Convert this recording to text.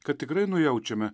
kad tikrai nujaučiame